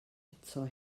eto